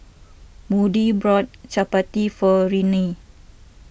Moody brought Chappati for Renea